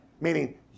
meaning